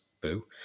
boo